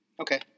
Okay